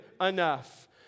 enough